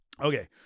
Okay